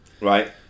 Right